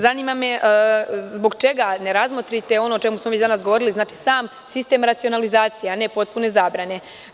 Zanima me zbog čega ne razmotrite ono o čemu smo mi danas govorili, znači sam sistem racionalizacije, a ne potpune zabrane?